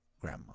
Grandma